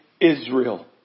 Israel